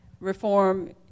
Reform